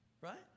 Right